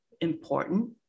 important